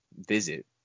visit